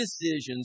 decisions